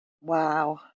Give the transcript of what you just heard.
wow